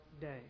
day